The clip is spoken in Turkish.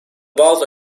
bazı